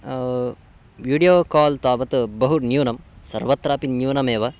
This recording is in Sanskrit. वीडियो काल् तावत् बहु न्यूनं सर्वत्रापि न्यूनमेव